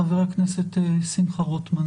חבר הכנסת שמחה רוטמן.